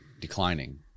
declining